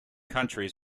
countries